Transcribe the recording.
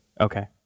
Okay